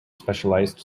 specialised